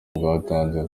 bwatanze